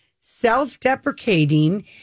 self-deprecating